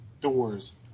doors